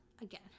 again